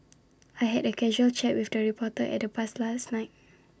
I had A casual chat with the reporter at the bars last night